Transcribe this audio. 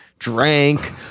Drank